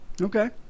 Okay